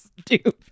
stupid